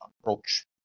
approach